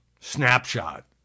snapshot